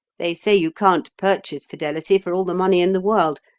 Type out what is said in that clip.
they say you can't purchase fidelity for all the money in the world,